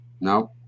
No